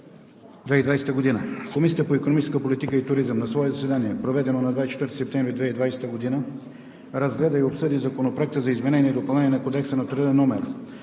2020 г. Комисията по икономическа политика и туризъм на свое заседание, проведено на 24 септември 2020 г., разгледа и обсъди Законопроект за изменение и допълнение на Кодекса на труда,